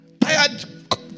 Tired